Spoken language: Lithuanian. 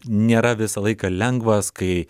nėra visą laiką lengvas kai